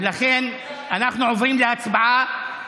ולכן, אנחנו עוברים להצבעה.